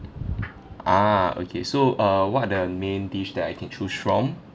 ah okay so uh what are the main dish that I can choose from